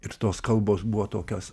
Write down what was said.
ir tos kalbos buvo tokios